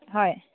হয়